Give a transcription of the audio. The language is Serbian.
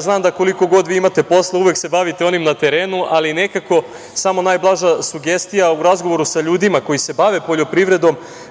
Znam da, koliko god vi imate posla, uvek se bavite onim na terenu, ali samo najblaža sugestija, u razgovoru sa ljudima koji se bave poljoprivredom